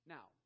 Now